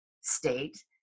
state